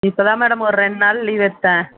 இப்போ தான் மேடம் ஒரு ரெண்டு நாள் லீவ் எடுத்தேன்